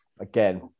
again